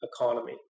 economy